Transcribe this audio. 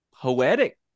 poetic